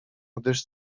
gdyż